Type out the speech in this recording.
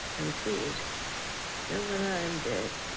then please go when i am dead.